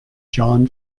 john